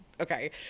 Okay